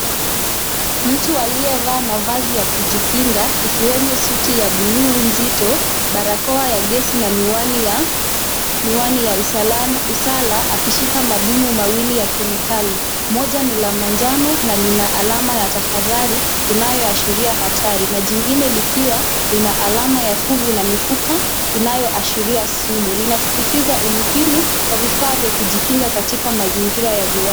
Mtu aliye vaa mavazi ya kujikinga, ikiwemo suti ya buluu mzito, barakoa ya gesi na miwani ya usala, akishika madumu mawili ya kemikali. Moja ni la manjano na lina alama ya tahadhari inayo ashiria hatari, na jingine likiwa lina alama ya fugu na mifuka inayoashiria sumu. Linasisitiza umuhimu kwa vifaa vya kujikinga katika mazingira ya viwanda.